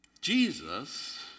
Jesus